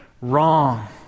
wrong